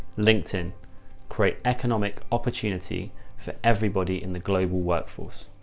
linkedin create economic opportunity for everybody in the global workforce,